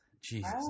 Jesus